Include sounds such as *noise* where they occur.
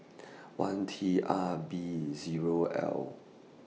*noise* one T R B Zero L